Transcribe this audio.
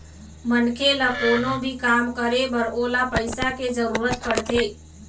मनखे ल कोनो भी काम करे बर ओला पइसा के जरुरत पड़थे